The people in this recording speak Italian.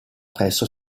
presso